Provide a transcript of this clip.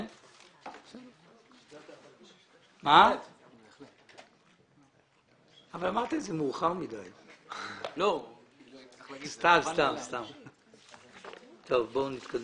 בואו נתקדם.